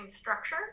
structure